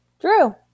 Drew